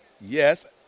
Yes